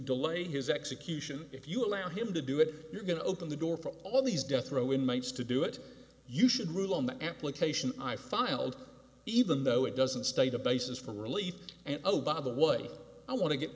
his execution if you allow him to do it you're going to open the door for all these death row inmates to do it you should rule on the application i filed even though it doesn't state a basis for relief and oh by the way i want to get